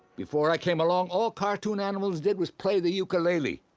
before i came along, all cartoon animals did was play the ukulele,